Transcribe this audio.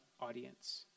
audience